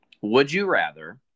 Would-you-rather